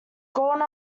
gone